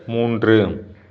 மூன்று